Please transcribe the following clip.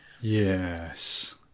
Yes